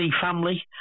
family